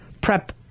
prep